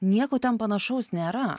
nieko ten panašaus nėra